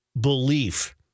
belief